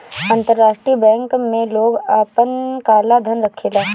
अंतरराष्ट्रीय बैंक में लोग आपन काला धन रखेला